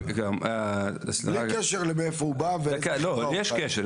בלי קשר למאיפה הוא בא --- לא, יש קשר.